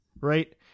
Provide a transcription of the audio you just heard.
right